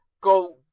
go